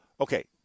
Okay